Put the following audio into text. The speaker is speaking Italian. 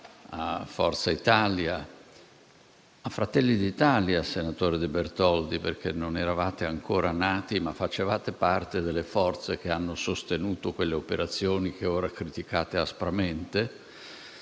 a Forza Italia, a Fratelli d'Italia (perché, senatore De Bertoldi, non eravate ancora nati, ma facevate parte delle forze che hanno sostenuto quelle operazioni che ora criticate aspramente),